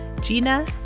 Gina